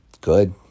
good